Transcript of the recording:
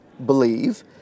believe